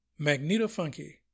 Magneto-Funky